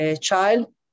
child